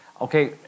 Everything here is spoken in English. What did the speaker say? okay